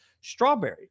strawberry